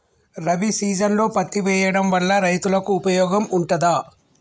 రబీ సీజన్లో పత్తి వేయడం వల్ల రైతులకు ఉపయోగం ఉంటదా?